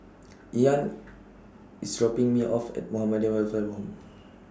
Ian IS dropping Me off At Muhammadiyah Welfare Home